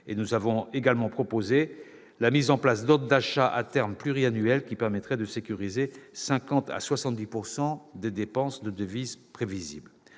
Nous avons également proposé la mise en place d'ordres d'achat à terme pluriannuels, qui permettraient de sécuriser de 50 % à 70 % des dépenses en devises prévisibles.